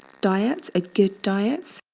diet, a good diet,